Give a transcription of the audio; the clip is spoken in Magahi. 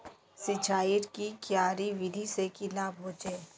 सिंचाईर की क्यारी विधि से की लाभ होचे?